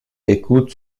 écoute